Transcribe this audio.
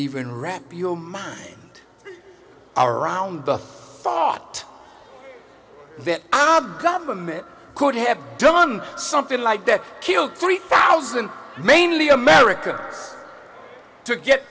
even wrap your mind around the fought that our government could have done something like that killed three thousand mainly america to get